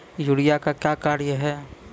Urea का क्या कार्य हैं?